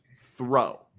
throw